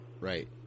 Right